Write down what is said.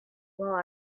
while